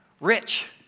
rich